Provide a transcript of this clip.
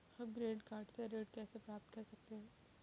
हम credit card से ऋण कैसे प्राप्त कर सकते हैं?